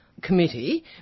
Committee